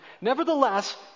Nevertheless